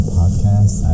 podcast